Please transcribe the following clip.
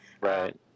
Right